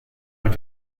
mit